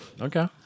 Okay